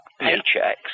paychecks